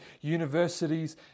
universities